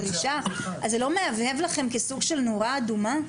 זה לא מהבהב לכם כסוג של נורה אדומה?